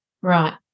Right